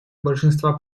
большинства